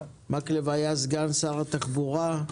מקלב היה סגן שר התחבורה,